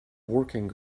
working